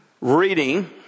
reading